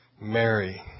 Mary